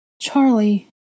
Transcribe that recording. Charlie